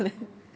orh